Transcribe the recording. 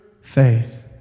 faith